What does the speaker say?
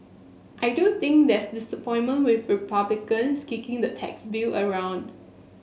I do think there's disappointment with Republicans kicking the tax bill around